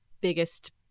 biggest